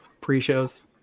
pre-shows